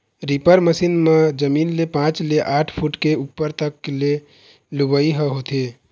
reaper machine म जमीन ले पाँच ले आठ फूट के उप्पर तक के लुवई ह होथे